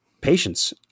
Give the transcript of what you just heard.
patience